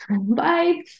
Bye